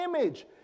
image